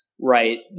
right